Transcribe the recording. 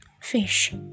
Fish